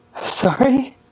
Sorry